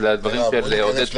זה הכול, אז אל, אדוני, באמת, חבל.